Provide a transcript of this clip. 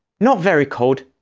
not very cold,